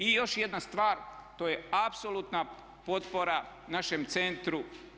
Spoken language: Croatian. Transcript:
I još jedna stvar to je apsolutna potpora našem centru.